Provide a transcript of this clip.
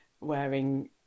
wearing